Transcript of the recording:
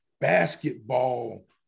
basketball